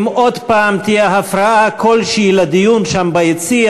אם עוד פעם תהיה הפרעה כלשהי לדיון שם ביציע,